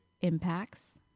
Impacts